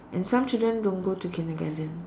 and some children don't go to kindergarten